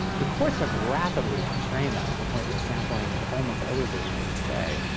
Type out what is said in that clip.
the courts have rapidly constrained that to the point where sampling is almost always illegal today.